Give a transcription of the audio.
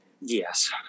Yes